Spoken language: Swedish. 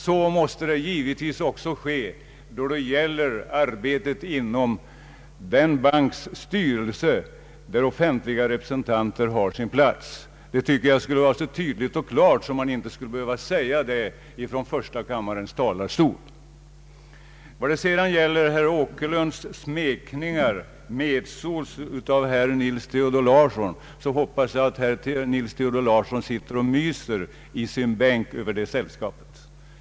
Så måste givetvis även ske då det gäller arbetet inom den banks styrelse där offentliga representanter har sin plats. Det tycker jag borde vara så självklart att man inte skulle behöva säga det från första kammarens talarstol. När det sedan gäller herr Åkerlunds smekningar medhårs av herr Nils Theodor Larsson, hoppas jag att herr Nils Theodor Larsson sitter och myser i sin bänk över den behandlingen.